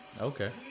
Okay